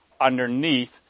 underneath